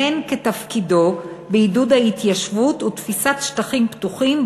והן בתפקידו בעידוד ההתיישבות ותפיסת שטחים פתוחים,